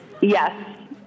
Yes